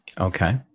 Okay